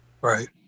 Right